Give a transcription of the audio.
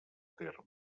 terme